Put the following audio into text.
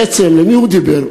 בעצם אל מי הוא דיבר?